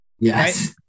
yes